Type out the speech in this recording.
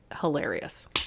hilarious